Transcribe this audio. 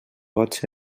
vots